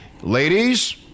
ladies